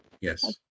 Yes